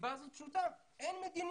הסיבה הזו פשוטה אין מדיניות,